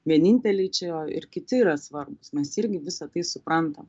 vieninteliai čia ir kiti yra svarbūs mes irgi visa tai suprantam